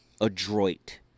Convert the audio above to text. adroit